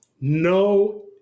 No